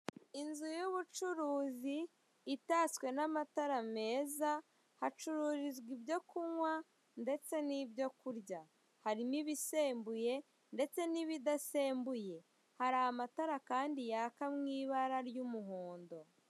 Inzu y'ubucuruzi itatswe n'amatara meza hacururizwa ibyo kunywa ndetse n'ibyo kurya , harimo ibisembuye ndetse n'ibidasembuye hari amatara kandi yaka mu ibara ry'umuhondo.